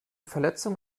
verletzung